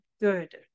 good